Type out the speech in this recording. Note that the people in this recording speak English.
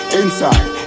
inside